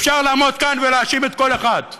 אפשר לעמוד כאן ולהאשים את כל אחד.